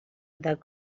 del